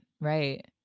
Right